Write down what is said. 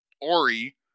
Ori